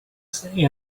say